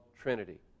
Trinity